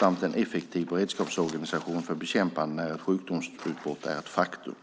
samt en effektiv beredskapsorganisation för bekämpande när ett sjukdomsutbrott är ett faktum.